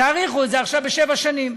תאריכו את זה עכשיו בשבע שנים.